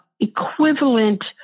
equivalent